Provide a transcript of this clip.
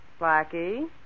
Blackie